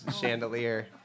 chandelier